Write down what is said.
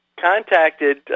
contacted